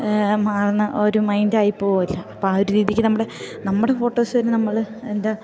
മാറുന്ന ഒരു മൈൻ്റായി പോകുമല്ലോ അപ്പം ആ ഒരു രീതിക്ക് നമ്മുടെ നമ്മുടെ ഫോട്ടോസ് തന്നെ നമ്മൾ എന്താ